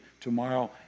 tomorrow